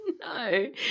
No